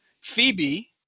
Phoebe